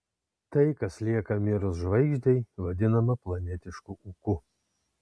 tai kas lieka mirus žvaigždei vadinama planetišku ūku